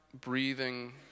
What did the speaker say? breathing